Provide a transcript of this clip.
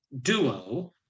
duo